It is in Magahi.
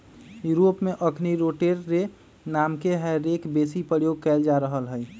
यूरोप में अखनि रोटरी रे नामके हे रेक बेशी प्रयोग कएल जा रहल हइ